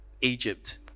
Egypt